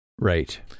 Right